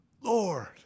Lord